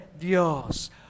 Dios